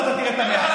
אתה תראה 100,